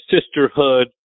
sisterhood